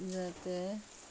যাতে